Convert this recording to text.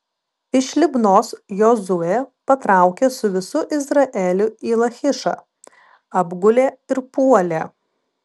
iš libnos jozuė patraukė su visu izraeliu į lachišą apgulė ir puolė